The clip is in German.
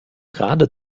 gerade